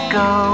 go